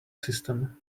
system